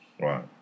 right